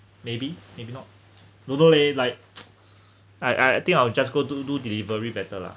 maybe maybe not don't know leh like I I think I will just go do do delivery better lah